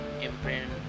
imprint